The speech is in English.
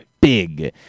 big